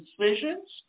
decisions